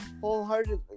wholeheartedly